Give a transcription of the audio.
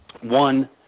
One